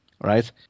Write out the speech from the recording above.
right